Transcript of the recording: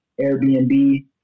Airbnb